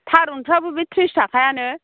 थारुनफ्राबो बे थ्रिस थाखायानो